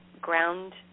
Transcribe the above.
ground